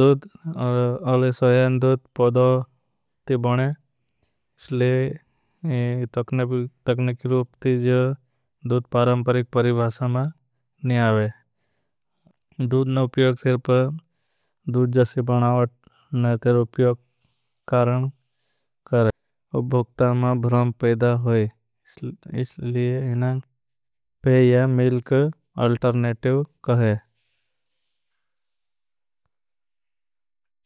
दुद और अले सोयान दुद। पोदो ती बोनें तकने की रूपती जो दुद परमपरिक। परिभासा में नहीं आवें सले न उप्योग सिर्फ दुद जासी बनावट न। उप्योग कारण करें भोकता में भ्राम पेदा होई। इन्हां पेया मिल्क अल्टरनेटिव कहें।